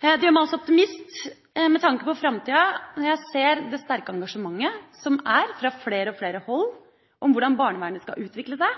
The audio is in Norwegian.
Det gjør meg altså til optimist med tanke på framtida når jeg ser det sterke engasjementet fra flere og flere hold om hvordan barnevernet skal utvikle seg,